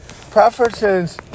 Preferences